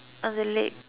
on the leg